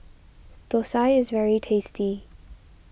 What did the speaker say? Thosai is very tasty